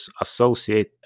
Associate